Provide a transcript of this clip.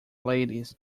ladies